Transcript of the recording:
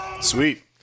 Sweet